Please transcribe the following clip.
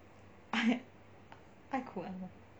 ai kun